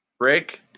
break